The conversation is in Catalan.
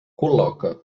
col·loca